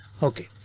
ok,